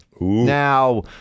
Now